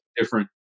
different